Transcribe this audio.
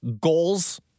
goals